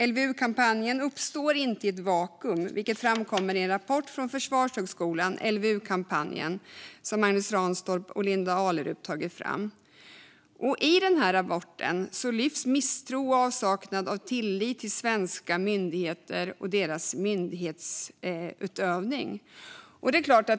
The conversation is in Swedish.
LVU-kampanjen har inte uppstått i ett vakuum, vilket har framkommit i en rapport från Försvarshögskolan, LVU-kampanjen , som Magnus Ranstorp och Linda Ahlerup har tagit fram. I rapporten lyfts misstro och avsaknad av tillit till svenska myndigheter och deras myndighetsutövning fram.